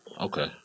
Okay